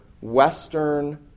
Western